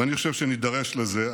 ואני חושב שנידרש לזה.